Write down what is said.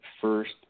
first